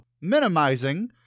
minimizing